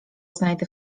znajdę